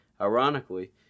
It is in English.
Ironically